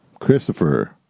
Christopher